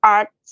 Art